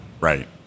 Right